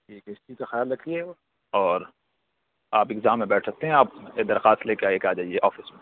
ٹھیک ہے اس چیز کا خیال رکھیے اور آپ اگزام میں بیٹھ سکتے ہیں آپ ایک درخواست لے کے ایک آ جائیے آفس میں